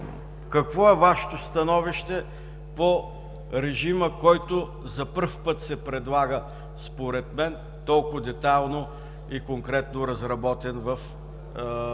Какво е Вашето становище по режима, който за първи път се предлага, според мен, толкова детайлно и конкретно разработен в този